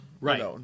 Right